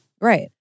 Right